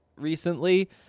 recently